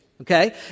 Okay